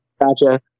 gotcha